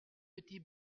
petit